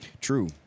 True